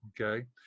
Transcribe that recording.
Okay